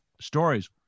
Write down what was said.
stories